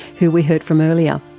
who we heard from earlier.